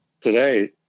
today